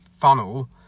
funnel